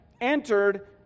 entered